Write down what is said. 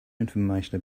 information